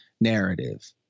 narrative